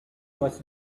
was